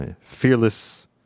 Fearless